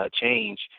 change